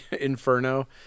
Inferno